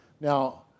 now